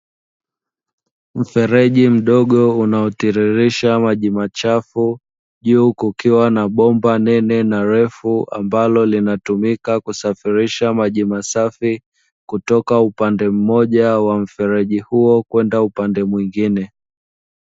Mfereji mdogo unaotiririsha maji machafu juu kukiwa na bomba nene na refu, ambalo linatumika kusafirisha maji masafi kutoka upande mmoja wa mfereji huo kwenda upande mwingine.